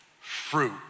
fruit